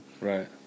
Right